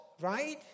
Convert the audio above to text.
right